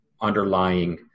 underlying